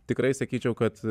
tikrai sakyčiau kad